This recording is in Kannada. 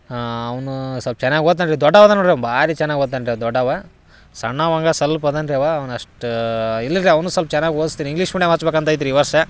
ಹಾಂ ಅವನೂ ಸ್ವಲ್ಪ ಚೆನ್ನಾಗಿ ಓದ್ತಾನೆ ರೀ ದೊಡ್ಡವ ಅದಾನ ನೋಡಿರಿ ಅವಾ ಭಾರಿ ಚೆನ್ನಾಗಿ ಓದ್ತಾನೆ ರೀ ಆ ದೊಡ್ಡವ ಸಣ್ಣವಂಗೆ ಸ್ವಲ್ಪ ಅದಾನ ರೀ ಅವ ಅವ್ನು ಅಷ್ಟೇ ಇಲ್ಲಿಲ್ಲ ರೀ ಅವನು ಸ್ವಲ್ಪ ಚೆನ್ನಾಗಿ ಓದ್ಸ್ತೀನಿ ಇಂಗ್ಲೀಷ್ ಮೀಡಿಯಮ್ ಹಚ್ಬೇಕು ಅಂತ ಐತೆ ರೀ ಈ ವರ್ಷ